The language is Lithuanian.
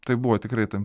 tai buvo tikrai tam